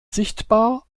sichtbar